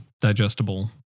digestible